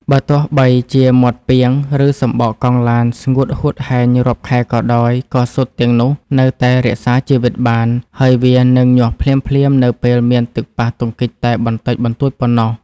បើទោះបីជាមាត់ពាង ឬសំបកកង់ឡានស្ងួតហួតហែងរាប់ខែក៏ដោយ ក៏ស៊ុតទាំងនោះនៅតែរក្សាជីវិតបាន ហើយវានឹងញាស់ភ្លាមៗនៅពេលមានទឹកប៉ះទង្គិចតែបន្តិចបន្តួចប៉ុណ្ណោះ។